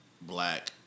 black